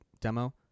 demo